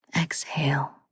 Exhale